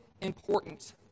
important